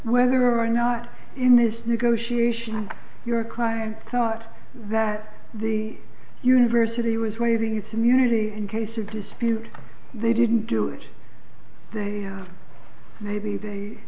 whether or not in this negotiation your client thought that the university was waiving its immunity in case of dispute they didn't do it they have maybe they